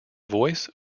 voice